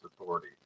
authority